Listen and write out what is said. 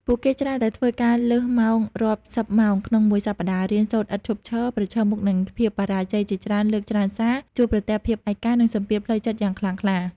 ពួកគេច្រើនតែធ្វើការលើសម៉ោងរាប់សិបម៉ោងក្នុងមួយសប្តាហ៍ រៀនសូត្រឥតឈប់ឈរ ប្រឈមមុខនឹងភាពបរាជ័យជាច្រើនលើកច្រើនសារ ជួបប្រទះភាពឯកា និងសម្ពាធផ្លូវចិត្តយ៉ាងខ្លាំងក្លា។